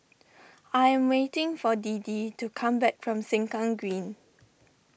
I am waiting for Deedee to come back from Sengkang Green